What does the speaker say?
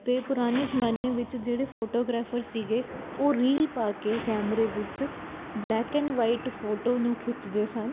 ਅਤੇ ਪੁਰਾਣੇ ਜ਼ਮਾਨੇ ਵਿੱਚ ਜਿਹੜੇ ਫੋਟੋਗ੍ਰਾਫਰ ਸੀਗੇ ਉਹ ਰੀਲ ਪਾ ਕੇ ਕੈਮਰੇ ਵਿੱਚ ਬਲੈਕ ਐਂਡ ਵਾਈਟ ਫੋਟੋ ਨੂੰ ਖਿੱਚਦੇ ਸਨ